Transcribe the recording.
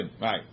Right